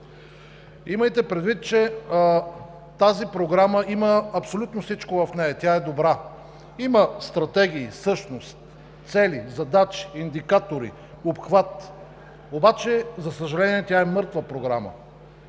Имайте предвид, че тази програма има абсолютно всичко в нея, тя е добра. Има стратегии, същност, цели, задачи, индикатори, обхват, обаче, за съжаление, тя е мъртва програма.